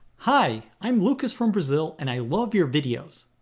hi i'm lucas from brazil, and i love your videos.